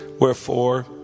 Wherefore